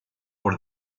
por